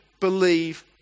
believe